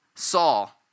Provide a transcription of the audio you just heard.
Saul